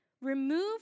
remove